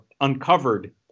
uncovered